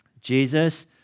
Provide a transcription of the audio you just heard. Jesus